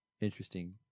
interesting